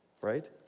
right